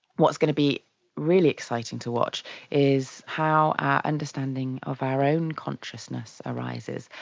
what's going to be really exciting to watch is how our understanding of our own consciousness arises,